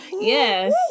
yes